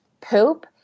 poop